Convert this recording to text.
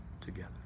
together